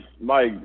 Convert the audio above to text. Mike